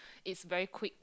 it's very quick